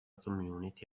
community